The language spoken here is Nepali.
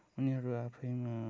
उनीहरू आफैँमा